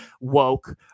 woke